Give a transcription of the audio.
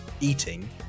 eating